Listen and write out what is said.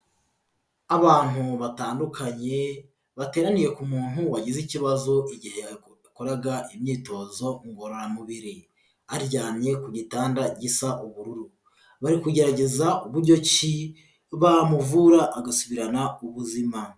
Abantu batandukanye bateraniye ku muntu wagize ikibazo igihe yakoraga imyitozo ngororamubiri, aryamye ku gitanda gisa ubururu, bari kugerageza uburyo ki bamuvura agasubirana ubuzima.